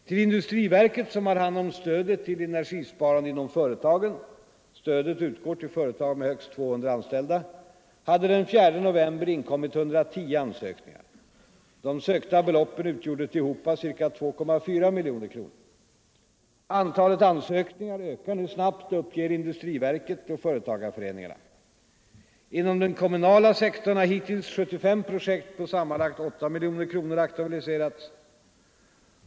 Till industriverket, som har hand om stödet till energisparande inom företagen — stödet utgår till företag med högst 200 anställda — hade den 4 november inkommit 110 ansökningar. De sökta beloppen utgjorde tillhopa ca 2,4 miljoner kronor. Antalet ansökningar ökar nu snabbt, uppger industriverket och företagarföreningarna. Inom den kommunala sektorn har hittills 75 projekt på sammanlagt 8 miljoner kronor aktualiserats.